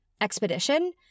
expedition